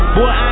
Boy